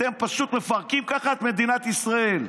אתם פשוט מפרקים ככה את מדינת ישראל.